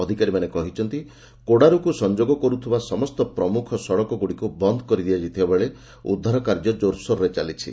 ଅଧିକାରୀମାନେ କହିଛନ୍ତି କୋଡାରୁକୁ ସଂଯୋଗ କରୁଥବବା ସମସ୍ତ ପ୍ରମୁଖ ସଡ଼କଗୁଡ଼ିକୁ ବନ୍ଦ କରି ଦିଆଯାଇଥିବା ବେଳେ ଉଦ୍ଧାର କାର୍ଯ୍ୟ କୋରସୋରରେ ଚାଲିଛି